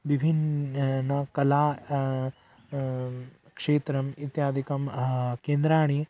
विभिन्नं न कला क्षेत्रम् इत्यादिकं केन्द्राणि